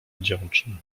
wdzięczny